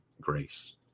grace